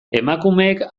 emakumeek